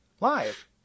live